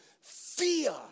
fear